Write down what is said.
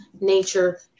nature